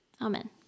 Amen